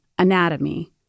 Anatomy